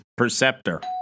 Perceptor